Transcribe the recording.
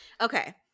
Okay